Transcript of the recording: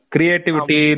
Creativity